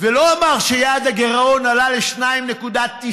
ולא אמר שיעד הגירעון עלה ל-2.9%.